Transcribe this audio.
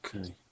Okay